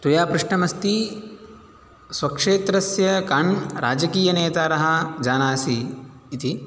त्वया पृष्टमस्ति स्वक्षेत्रस्य कान् राजकीयनेतारः जानासि इति